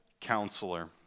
counselor